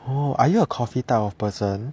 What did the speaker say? oh are you a coffee type of person